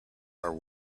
are